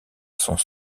sont